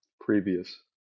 previous